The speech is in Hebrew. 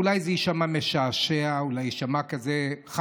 אולי זה יישמע משעשע, אולי זה יישמע כזה חדשני,